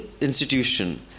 institution